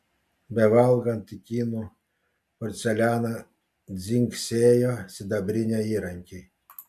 bevalgant į kinų porcelianą dzingsėjo sidabriniai įrankiai